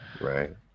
right